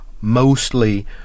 mostly